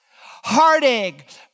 Heartache